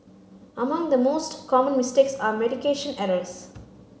among the most common mistakes are medication errors